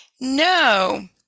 No